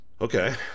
Okay